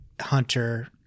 Hunter